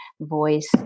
voice